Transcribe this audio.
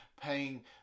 paying